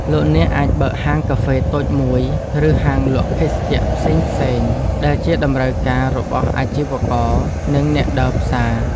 លោកអ្នកអាចបើកហាងកាហ្វេតូចមួយឬហាងលក់ភេសជ្ជៈផ្សេងៗដែលជាតម្រូវការរបស់អាជីវករនិងអ្នកដើរផ្សារ។